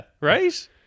right